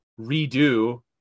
redo